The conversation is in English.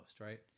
right